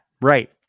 right